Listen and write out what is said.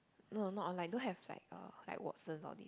no not online don't have like uh like Watson all this